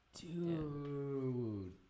Dude